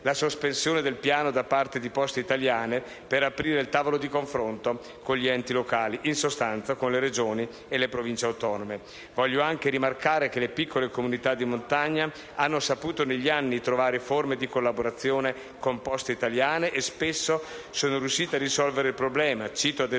la sospensione del piano da parte di Poste italiane per aprire il tavolo di confronto con gli enti locali, in sostanza con le Regioni e le Province autonome. Voglio anche rimarcare che le piccole comunità di montagna hanno saputo negli anni trovare forme di collaborazione con Poste italiane e spesso sono riuscite a risolvere il problema; cito, ad esempio,